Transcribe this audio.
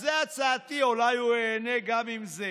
אז זו הצעתי, אולי הוא ייהנה גם מזה.